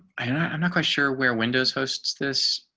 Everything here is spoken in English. i'm not quite sure where windows hosts this,